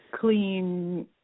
clean